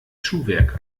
schuhwerk